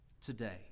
today